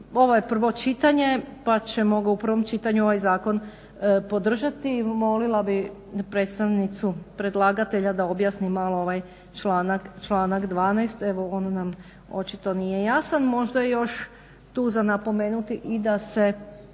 ovo je prvo čitanje pa ćemo ga u prvom čitanju ovaj zakon podržati. Molila bih predstavnicu predlagatelja da objasni malo ovaj članak 12. Evo on nam očito nije jasan. Možda još tu za napomenuti i da se